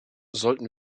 sollten